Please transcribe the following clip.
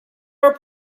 our